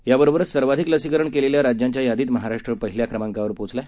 याबरोबरच सर्वाधिक लसीकरण केलेल्या राज्यांच्या यादीत महाराष्ट्र पहिल्या क्रमांकावर पोचला आहे